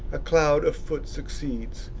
a cloud of foot succeeds,